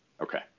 Okay